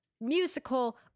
musical